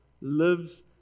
lives